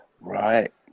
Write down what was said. Right